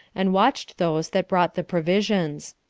and watched those that brought the provisions.